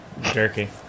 jerky